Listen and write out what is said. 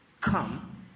Come